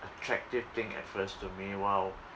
attractive thing at first to me !wow!